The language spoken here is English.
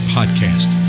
Podcast